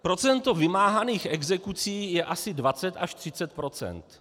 Procento vymáhaných exekucí je asi 20 až 30 %.